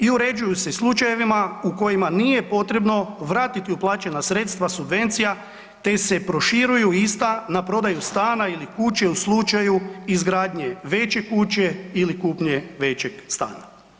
I uređuju se i u slučajevima u kojima nije potrebno vratiti uplaćena sredstva subvencija, te se proširuju ista na prodaju stana ili kuće u slučaju izgradnje veće kuće ili kupnje većeg stana.